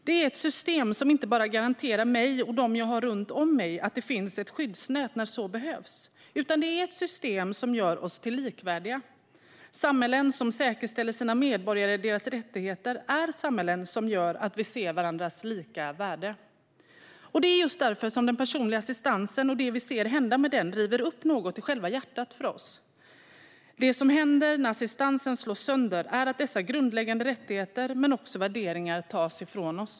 Det är ett system som inte bara garanterar mig och dem som jag har runt om mig att det finns ett skyddsnät när så behövs, utan det är ett system som gör oss till likvärdiga. Samhällen som tillförsäkrar sina medborgare deras rättigheter är samhällen som gör att vi ser varandras lika värde. Det är just därför som det vi ser hända med den personliga assistansen river upp något i själva hjärtat för oss. Det som händer när assistansen slås sönder är att dessa grundläggande rättigheter men också värdet tas ifrån oss.